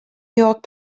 york